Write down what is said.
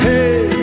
Hey